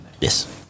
Yes